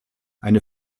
eine